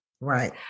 right